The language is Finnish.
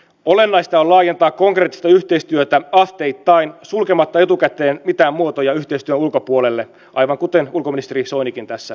olennaista on laajentaa konkreettista yhteistyötä asteittain sulkematta etukäteen mitään muotoja yhteistyön ulkopuolelle aivan kuten ulkoministeri soinikin tässä linjasi